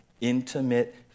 intimate